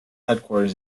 headquarters